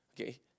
okay